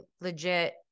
legit